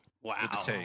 wow